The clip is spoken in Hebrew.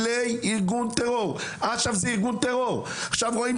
עכשיו, ברור לי